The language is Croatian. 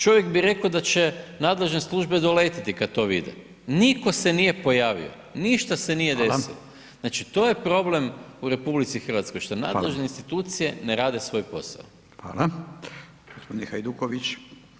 Čovjek bi reko da će nadležne službe doletiti kad to vide, nitko se nije pojavio, ništa se nije desilo [[Upadica: Hvala.]] Znači, to je problem u RH, što nadležne institucije ne rade svoj posao.